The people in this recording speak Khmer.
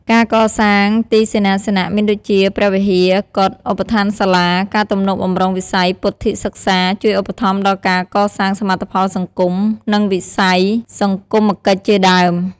ការកសាងទីសេនាសនៈមានដូចជា ព្រះវិហារ កុដិ ឧបដ្ឋានសាលា ការទំនុកបម្រុងវិស័យពុទ្ធិកសិក្សា ជួយឧបត្ថម្ភដល់ការកសាងសមិទ្ធផលសង្គម និងវិស័យ សង្គមកិច្ចជាដើម។